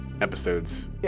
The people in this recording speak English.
Episodes